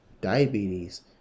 diabetes